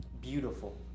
Beautiful